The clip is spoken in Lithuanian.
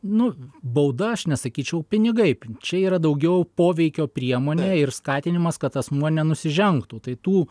nu bauda aš nesakyčiau pinigai čia yra daugiau poveikio priemonė ir skatinimas kad asmuo nenusižengtų tai tų